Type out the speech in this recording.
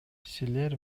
силер